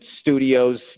studios